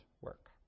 work